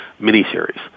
miniseries